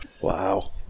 Wow